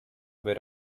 where